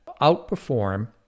outperform